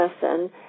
person